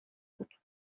بود